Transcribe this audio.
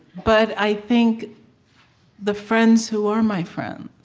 but i think the friends who are my friends,